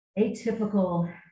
atypical